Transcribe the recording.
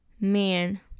man